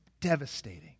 devastating